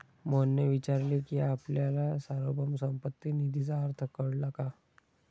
मोहनने विचारले की आपल्याला सार्वभौम संपत्ती निधीचा अर्थ कळला का?